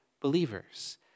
believers